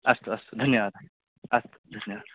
अस्तु अस्तु धन्यवादः अस्तु धन्यवादः